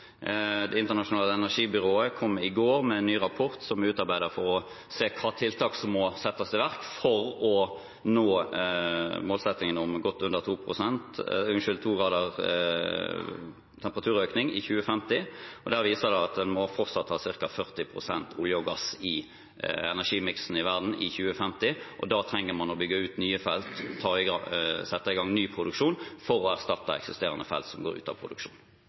Det internasjonale energibyrået kom i går med en ny rapport som er utarbeidet for å se på hvilke tiltak som må settes i verk for å nå målsettingen om godt under 2 graders temperaturøkning i 2050. Men vi må fortsatt ha ca. 40 pst. olje og gass i energimiksen i verden i 2050, og da trenger man å bygge ut nye felt og sette i gang ny produksjon for å erstatte eksisterende felt som går ut av produksjon.